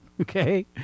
okay